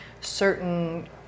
certain